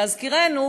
ולהזכירנו,